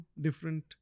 different